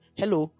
hello